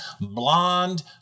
blonde